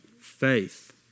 Faith